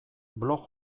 blog